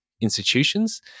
institutions